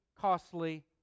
costly